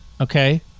okay